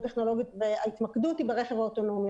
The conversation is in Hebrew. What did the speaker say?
טכנולוגיות וההתמקדות היא ברכב האוטונומי,